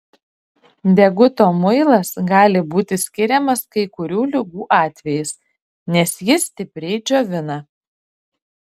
deguto muilas gali būti skiriamas kai kurių ligų atvejais nes jis stipriai džiovina